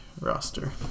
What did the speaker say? roster